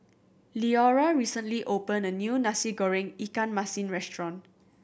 Leora recently opened a new Nasi Goreng ikan masin restaurant